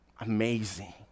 amazing